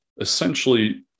essentially